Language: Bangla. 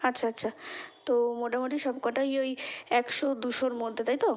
আচ্ছা আচ্ছা তো মোটামুটি সব কটাই ওই একশো দুশোর মধ্যে তাই তো